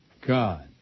God